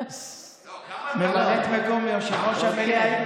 ממלאת מקום יושב-ראש המליאה.